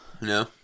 No